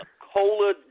cola